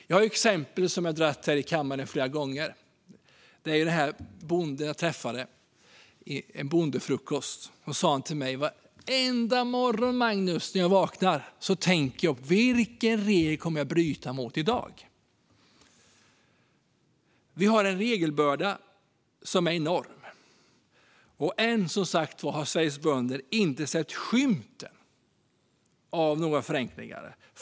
Jag har ett exempel som jag har dragit här i kammaren flera gånger om bonden jag träffade på en bondefrukost. Han sa till mig: Varenda morgon, Magnus, när jag vaknar tänker jag: Vilken regel kommer jag att bryta mot i dag? Vi har en regelbörda som är enorm. Ännu har som sagt inte Sveriges bönder sett skymten av några förenklingar.